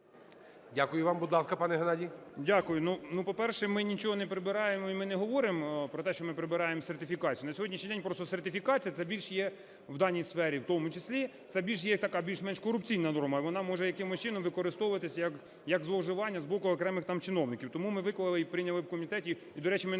Дякую вам. Будь ласка, пане Геннадій.